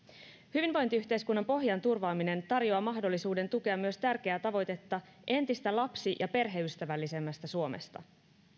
hyvinvointiyhteiskunnan pohjan turvaaminen tarjoaa mahdollisuuden tukea myös tärkeää tavoitetta entistä lapsi ja perheystävällisemmästä suomesta